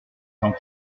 tant